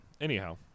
anyhow